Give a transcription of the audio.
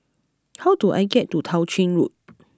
how do I get to Tao Ching Road